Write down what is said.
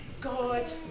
God